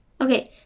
okay